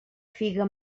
figa